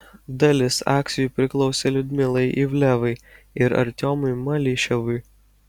dalis akcijų priklausė liudmilai ivlevai ir artiomui malyševui